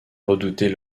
redouter